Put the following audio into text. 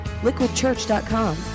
Liquidchurch.com